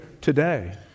today